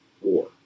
war